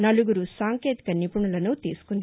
నలుగురు సాంకేతిక నిపుణులను తీసుకుంది